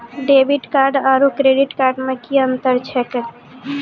Debit card आरू credit card मे कि अन्तर छैक?